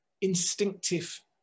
instinctive